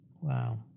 Wow